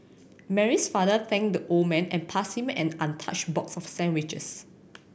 Mary's father thanked the old man and passed him an untouched box of sandwiches